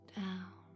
down